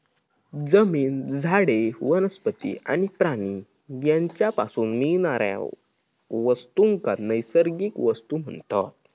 जमीन, झाडे, वनस्पती आणि प्राणी यांच्यापासून मिळणाऱ्या वस्तूंका नैसर्गिक वस्तू म्हणतत